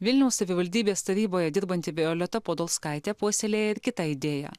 vilniaus savivaldybės taryboje dirbanti violeta podolskaitė puoselėja ir kitą idėją